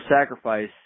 sacrifice